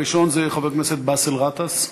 הראשון זה חבר הכנסת באסל גטאס.